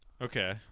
Okay